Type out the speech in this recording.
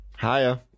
Hiya